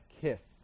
kiss